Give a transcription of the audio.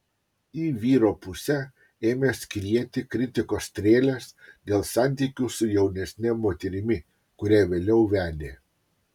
į vyro pusę ėmė skrieti kritikos strėlės dėl santykių su jaunesne moterimi kurią vėliau vedė